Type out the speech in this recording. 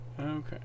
Okay